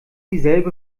dieselbe